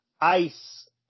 ice